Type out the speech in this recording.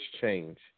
change